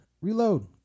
reload